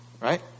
Right